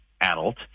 adult